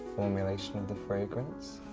formulation of the fragrance.